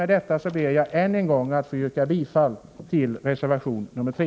Med detta ber jag att än en gång få yrka bifall till reservation 3.